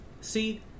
See